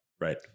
Right